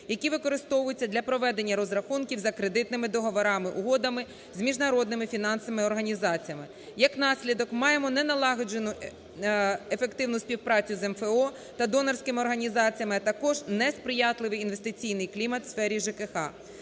які використовуються для проведення розрахунків за кредитними договорами, угодами з міжнародними фінансовими організаціями. Як наслідок, ми маємо не налагоджену ефективну співпрацю з МФО та донорськими організаціями, а також несприятливий інвестиційний клімат у сфері ЖКГ.